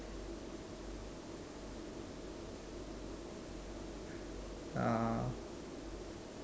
(uh huh)